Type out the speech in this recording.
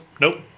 Nope